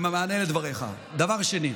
ובמענה על דבריך, דבר שני,